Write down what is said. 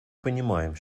понимаем